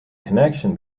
connection